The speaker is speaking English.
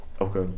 Okay